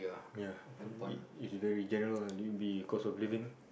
ya it it is very general it'll be cost of living